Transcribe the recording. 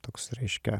toks reiškia